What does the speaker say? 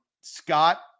Scott